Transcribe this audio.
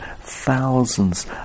thousands